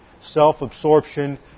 self-absorption